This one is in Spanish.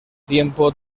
tiempo